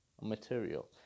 material